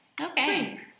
okay